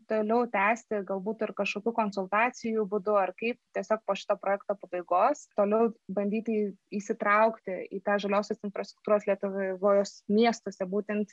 toliau tęsti galbūt ir kažkokių konsultacijų būdu ar kaip tiesiog po šito projekto pabaigos toliau bandyti įsitraukti į tą žaliosios infrastruktūros lietuvos miestuose būtent